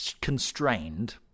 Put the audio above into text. constrained